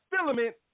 filament